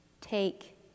Take